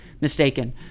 mistaken